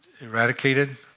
eradicated